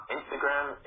Instagram